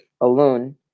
alone